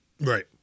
Right